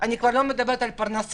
ואני כבר לא מדברת על פרנסה.